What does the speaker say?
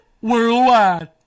Worldwide